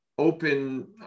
open